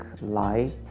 light